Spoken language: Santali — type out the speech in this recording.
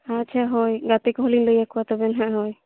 ᱟᱪᱪᱷᱟ ᱦᱳᱭ ᱜᱟᱛᱮ ᱠᱚᱦᱚᱸᱞᱤᱧ ᱞᱟᱹᱭ ᱟᱠᱚᱣᱟ ᱛᱚᱵᱮ ᱦᱟᱸᱜ ᱦᱳᱭ